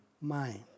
mind